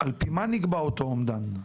על פי מה נקבע אותו אומדן?